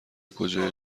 کجای